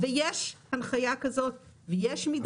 ויש הנחיה כזאת ויש מדרג.